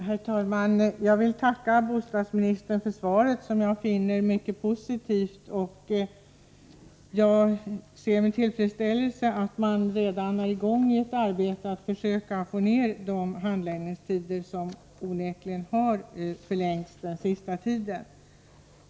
Herr talman! Jag vill tacka bostadsministern för svaret, som jag finner mycket positivt. Jag ser med tillfredsställelse att man redan är i gång med ett arbete att försöka få ner handläggningstiderna, som onekligen har förlängts under den senaste tiden.